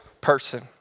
person